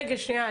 רגע שנייה,